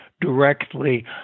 directly